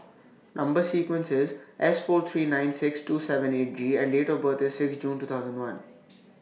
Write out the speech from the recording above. Number sequence IS S four three nine six two seven eight G and Date of birth IS six June two thousand and one